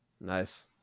Nice